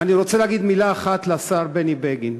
ואני רוצה להגיד מילה אחת לשר בני בגין.